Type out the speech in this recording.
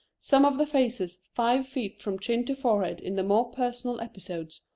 some of the faces five feet from chin to forehead in the more personal episodes,